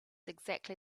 exactly